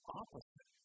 opposite